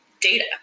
data